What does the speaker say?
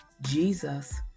Jesus